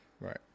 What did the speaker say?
right